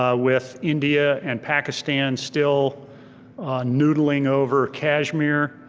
ah with india and pakistan still noodling over kashmir,